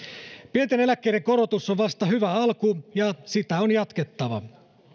pienten eläkkeiden korotus on vasta hyvä alku ja sitä on jatkettava